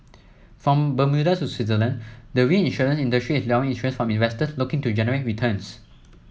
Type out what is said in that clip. from Bermuda to Switzerland the reinsurance industry is luring interest from investors looking to generate returns